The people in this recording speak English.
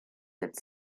its